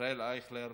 ישראל אייכלר,